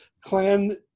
clan